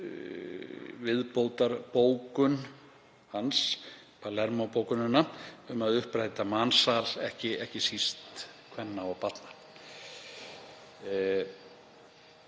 viðbótarbókun hans, Palermó-bókunina, um að uppræta mansal, ekki síst kvenna og barna.